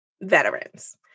veterans